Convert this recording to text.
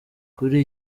kuri